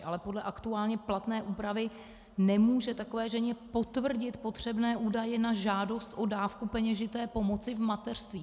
Ale podle aktuálně platné úpravy nemůže takové ženě potvrdit potřebné údaje na žádost o dávku peněžité pomoci v mateřství.